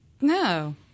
No